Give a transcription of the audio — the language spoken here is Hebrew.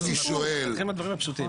לכן אני שואל --- נתחיל בדברים הפשוטים,